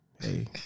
Hey